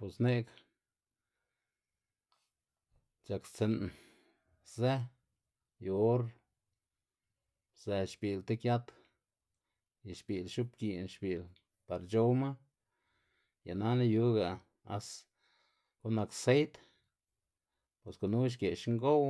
Bos ne'g c̲h̲akstsi'n ze yu or ze xbi'l ti giat y xbi'l x̱obgi'n xbi'l par c̲h̲owma y nana yuga as- gu'n nak seid bos gunu xge'x ngow